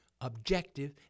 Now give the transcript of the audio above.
objective